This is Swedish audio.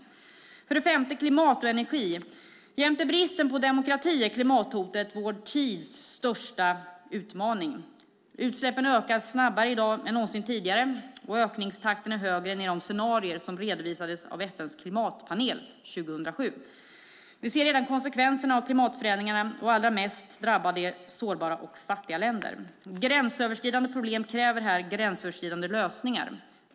För det femte handlar det om klimat och energi. Jämte bristen på demokrati är klimathotet vår tids största utmaning. Utsläppen ökar snabbare än någonsin tidigare, och ökningstakten är högre än i de scenarier som redovisades av FN:s klimatpanel 2007. Vi ser redan konsekvenser av klimatförändringarna. Allra mest drabbade är sårbara och fattiga länder. Gränsöverskridande problem kräver gränsöverskridande lösningar.